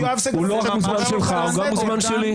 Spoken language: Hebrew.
הוא לא רק מוזמן שלך אלא גם שלנו.